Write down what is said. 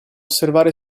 osservare